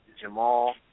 Jamal